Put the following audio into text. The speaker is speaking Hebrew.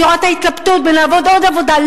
אני רואה את ההתלבטות אם לעבוד עוד עבודה.